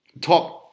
top